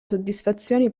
soddisfazione